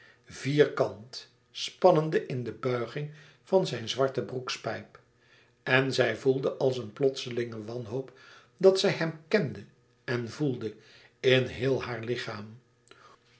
vierkant spannende in de buiging van zijn zwarte broekspijp en zij voelde als een plotselinge wanhoop dat zij hem kende en voelde in heel haar lichaam